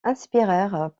inspirèrent